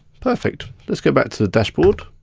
perfect, let's go back to the dashboard.